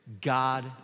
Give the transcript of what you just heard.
God